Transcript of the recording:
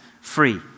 free